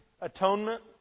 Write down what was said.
Atonement